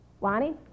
Lonnie